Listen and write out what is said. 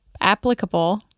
applicable